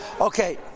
Okay